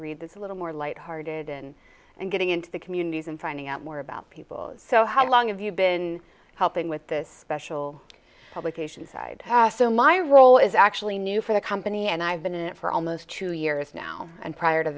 read that's a little more lighthearted in and getting into the communities and finding out more about people so how long have you been helping with this special publication side so my role is actually for the company and i've been in it for almost two years now and prior to